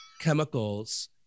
chemicals